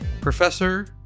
professor